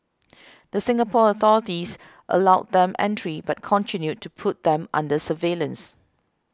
the Singapore authorities allowed them entry but continued to put them under surveillance